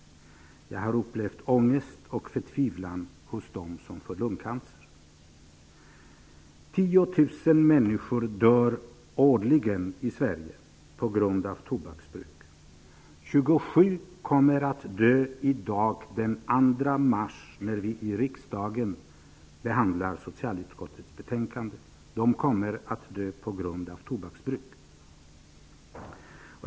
Jag har upplevt ångest och förtivlan hos dem som får lungcancer. 10 000 människor dör årligen i Sverige på grund av tobaksbruk. 27 kommer att dö i dag, den 2 mars, när vi i riksdagen behandlar socialutskottets betänkande. De kommer att dö på grund av tobaksbruk.